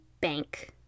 bank